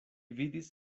vidis